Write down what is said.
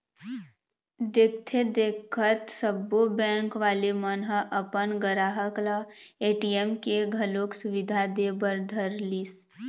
देखथे देखत सब्बो बेंक वाले मन ह अपन गराहक ल ए.टी.एम के घलोक सुबिधा दे बर धरलिस